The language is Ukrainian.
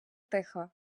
тихо